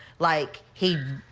like he,